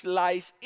lies